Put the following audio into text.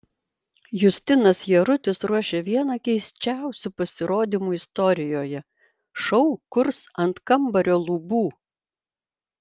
justinas jarutis ruošia vieną keisčiausių pasirodymų istorijoje šou kurs ant kambario lubų